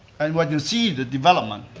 and what you see the development,